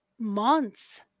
months